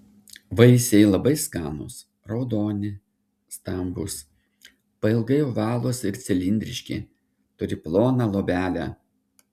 vaisiai labai skanūs raudoni stambūs pailgai ovalūs ir cilindriški turi ploną luobelę